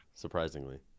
surprisingly